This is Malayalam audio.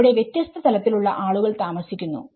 അവിടെ വ്യത്യസ്ത തലത്തിലുള്ള ആളുകൾ താമസിക്കുന്നു